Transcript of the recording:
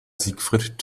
siegfried